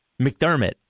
McDermott